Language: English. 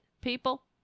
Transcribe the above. people